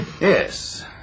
Yes